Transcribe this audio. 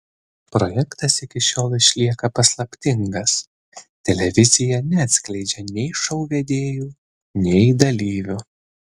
projektas iki šiol išlieka paslaptingas televizija neatskleidžia nei šou vedėjų nei dalyvių